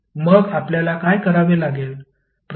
मग आपल्याला काय करावे लागेल